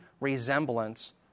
resemblance